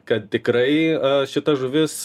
kad tikrai šita žuvis